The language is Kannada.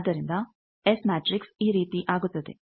ಆದ್ದರಿಂದ ಎಸ್ ಮ್ಯಾಟ್ರಿಕ್ಸ್ ಈ ರೀತಿ ಆಗುತ್ತದೆ